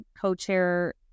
co-chair